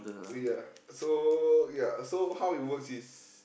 eh ya so ya so how it works is